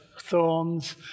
thorns